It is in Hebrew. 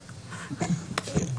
והספורט,